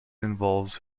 involves